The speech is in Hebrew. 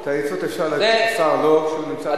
את העצות אפשר לתת לשר לא כשהוא נמצא פה.